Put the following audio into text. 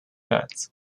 fete